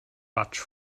quatsch